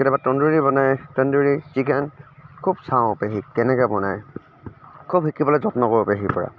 কেতিয়াবা তন্দুৰী বনাই তন্দুৰী চিকেন খুব চাওঁ পেহীক কেনেকৈ বনাই খুব শিকিবলৈ যত্ন কৰোঁ পেহীৰ পৰা